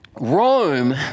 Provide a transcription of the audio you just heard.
Rome